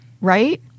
Right